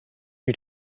you